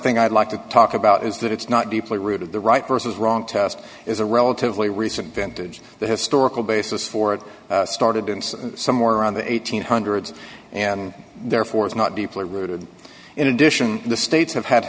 think i'd like to talk about is that it's not deeply rooted the right vs wrong test is a relatively recent vintage the historical basis for it started somewhere around the eighteen hundreds and therefore is not deeply rooted in addition the states have had